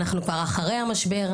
אנחנו כבר אחרי המשבר,